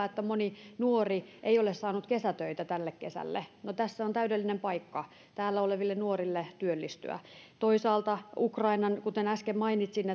että moni nuori ei ole saanut kesätöitä tälle kesälle no tässä on täydellinen paikka täällä oleville nuorille työllistyä toisaalta kuten äsken mainitsin